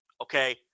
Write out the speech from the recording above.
okay